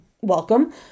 Welcome